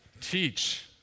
Teach